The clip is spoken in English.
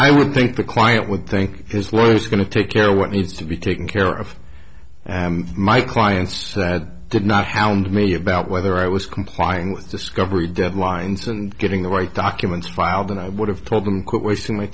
i would think the client would think his lawyers are going to take care what needs to be taken care of my clients did not hound me about whether i was complying with discovery deadlines and getting the right documents filed and i would have told them quit wasting my